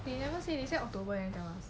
they never say they say october then tell us